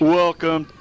welcome